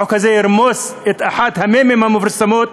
החוק הזה ירמוס את אחד המ"מים המפורסמים,